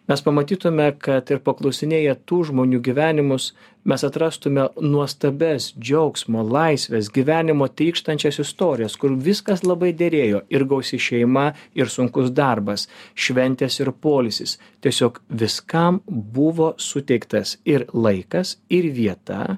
mes pamatytume kad ir paklausinėję tų žmonių gyvenimus mes atrastume nuostabias džiaugsmo laisvės gyvenimo trykštančias istorijas kur viskas labai derėjo ir gausi šeima ir sunkus darbas šventės ir poilsis tiesiog viskam buvo suteiktas ir laikas ir vieta